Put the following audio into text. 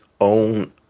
own